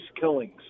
killings